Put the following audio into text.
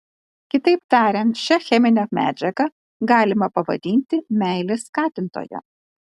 kitaip tariant šią cheminę medžiagą galima pavadinti meilės skatintoja